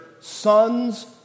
sons